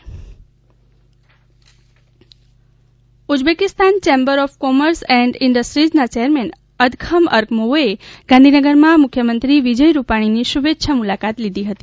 Uzbekistan CM Uzbekistan chamber of commerce and ઇન્ડસ્ટ્રીના chairman Adkham અર્કમોવે ગાંધીનગરમાં મુખ્યમંત્રી વિજય રૂપાણીની શુભેચ્છા મુલાકાત લીધી હતી